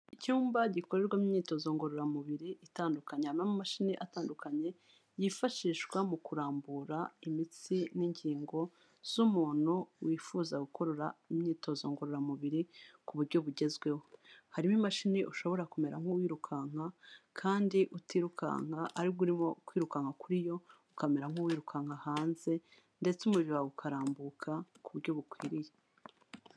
Icyumba gikorerwamo imyitozo ngororamubiri itandukanye, harimo amashinimi atandukanye yifashishwa mu kurambura imitsi n'ingingo z'umuntu wifuza gukorera imyitozo ngororamubiri ku buryo bugezweho. Harimo imashini ushobora kumera nk'uwirukanka kandi utirukanka ari bwi urimo kwirukanwa kuri yo, ukamera nk'uwirukanka hanze ndetse umubiri wawe ukarambuka ku buryo bukwiriye.